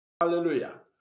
Hallelujah